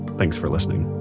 thanks for listening